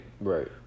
Right